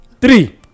Three